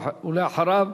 ולאחריו,